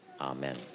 amen